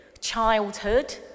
childhood